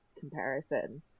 comparison